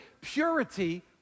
Purity